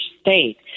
state